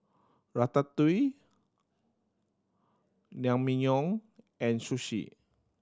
Ratatouille Naengmyeon and Sushi